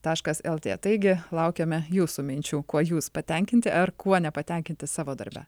taškas lt taigi laukiame jūsų minčių kuo jūs patenkinti ar kuo nepatenkinti savo darbe